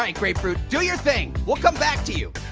um grapefruit, do your thing. we'll come back to you.